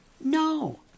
No